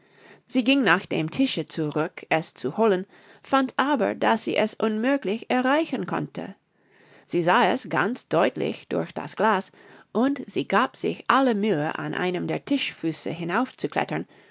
sie ging nach dem tische zurück es zu holen fand aber daß sie es unmöglich erreichen konnte sie sah es ganz deutlich durch das glas und sie gab sich alle mühe an einem der tischfüße hinauf zu klettern